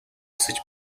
хүсэж